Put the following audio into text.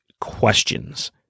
questions